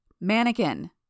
Mannequin